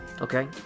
okay